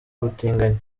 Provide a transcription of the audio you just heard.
ubutinganyi